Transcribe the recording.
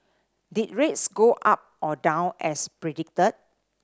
did rates go up or down as predicted